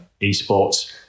esports